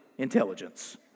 Intelligence